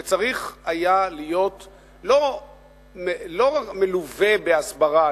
שצריך היה להיות לא מלווה בהסברה,